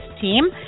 team